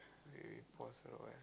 we pause for awhile